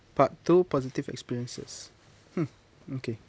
part two positive experiences hmm okay